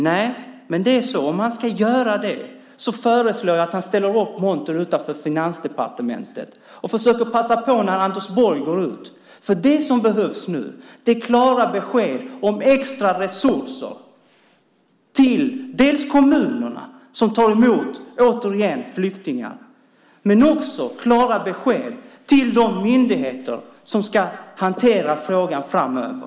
Om utställningen ska upp så föreslår jag att han ställer upp montern utanför Finansdepartementet och försöker passa på när Anders Borg går ut, för det som behövs nu är klara besked om extra resurser till kommunerna, som tar emot flyktingar, och klara besked till de myndigheter som ska hantera frågan framöver.